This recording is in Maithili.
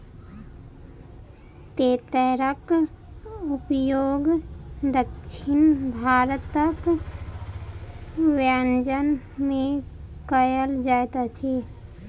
तेतैरक उपयोग दक्षिण भारतक व्यंजन में कयल जाइत अछि